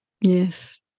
yes